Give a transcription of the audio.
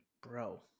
Bro